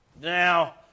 Now